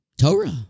Torah